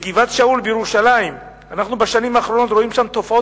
בגבעת-שאול בירושלים, בשנים האחרונות אנחנו רואים שם תופעות